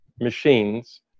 machines